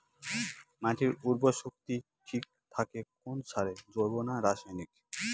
মাটির উর্বর শক্তি ঠিক থাকে কোন সারে জৈব না রাসায়নিক?